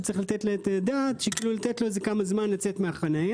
שצריך לתת עליה את הדעת של לתת לו כמה זמן לצאת מהחניה